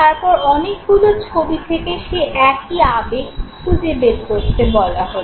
তারপর অনেকগুলো ছবি থেকে সেই একই আবেগ খুঁজে বের করতে বলা হলো